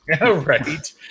Right